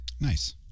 nice